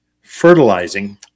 fertilizing